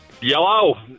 Yellow